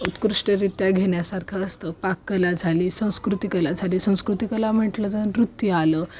उत्कृष्टरित्या घेण्यासारखं असतं पाककला झाली संस्कृतीकला झाली संस्कृतीकला म्हटलं तर नृत्य आलं